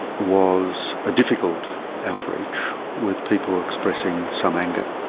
was a difficult outreach, with people expressing some anger.